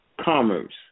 Commerce